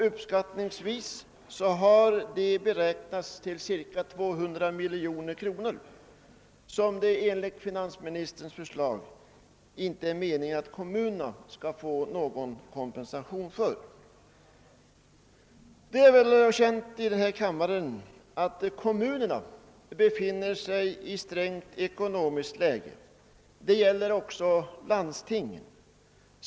Uppskattningsvis har dessa beräknats till ca 200 miljoner kronor, och enligt finansministerns förslag är det inte meningen att kommunerna skall erhålla någon kompensation för dem. Det är väl känt här i kammaren att kommunerna befinner sig i ett trängt ekonomiskt läge. Detta gäller även och inte minst för landstingen.